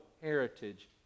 heritage